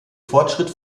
fortschritt